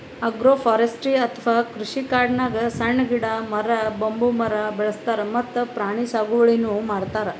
agroforestry ಅಥವಾ ಕೃಷಿಕಾಡ್ನಾಗ್ ಸಣ್ಣ್ ಗಿಡ, ಮರ, ಬಂಬೂ ಮರ ಬೆಳಸ್ತಾರ್ ಮತ್ತ್ ಪ್ರಾಣಿ ಸಾಗುವಳಿನೂ ಮಾಡ್ತಾರ್